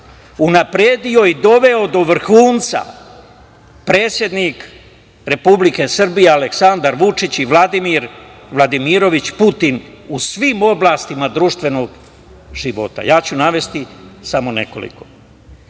unapredio i doveo do vrhunca predsednik Republike Srbije Aleksandar Vučić i Vladimir Vladimirovič Putin, u svim oblastima društvenog života. Navešću samo